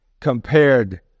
compared